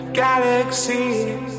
galaxies